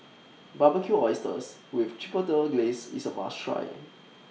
Barbecued Oysters with Chipotle Glaze IS A must Try